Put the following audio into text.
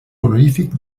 honorífic